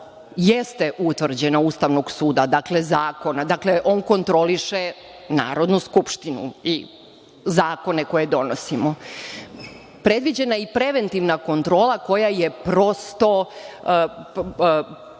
jeste utvrđena Ustavnog suda, dakle, zakona, dakle, on kontroliše Narodnu skupštinu i zakone koje donosimo. Predviđena je i preventivna kontrola koja prosto